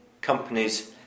companies